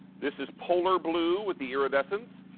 this is polar blue with the iridescent.